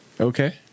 Okay